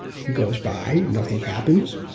he goes by, nothing happens.